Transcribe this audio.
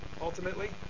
Ultimately